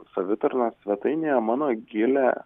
savitarnos svetainėje mano gilė